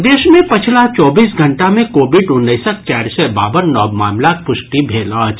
प्रदेश मे पछिला चौबीस घंटा मे कोविड उन्नैसक चारि सय बावन नव मामिलाक पुष्टि भेल अछि